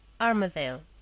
Armadale